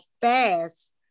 fast